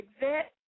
exit